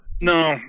No